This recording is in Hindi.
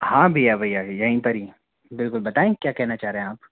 हाँ भैया भैया यही पर ही है बिल्कुल बताएं क्या कहना चाह रहे आप